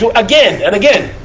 so again and again,